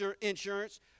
insurance